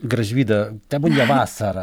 gražvyda tebūnie vasara